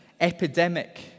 epidemic